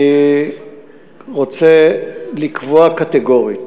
אני רוצה לקבוע קטגורית